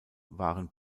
waren